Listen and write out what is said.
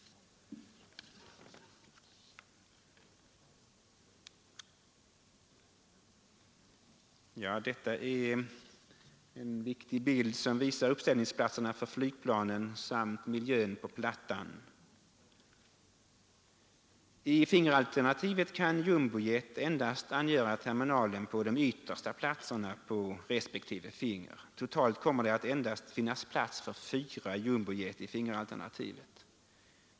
Jag visar nu på TV-skärmen en viktig bild av uppställningsplatserna för flygplanen samt miljön på plattan. I fingeralternativet kan jumbojet endast angöra terminalen på de yttersta platserna på respektive finger. Totalt kommer det att endast finnas plats för fyra jumbojet i fingeralternativet.